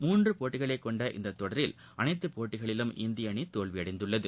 மூன்று போட்டிகளை கொண்ட இத்தொடரில் அனைத்து போட்டிகளிலும் இந்திய அணி தோல்வியடைந்துள்ளது